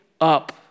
up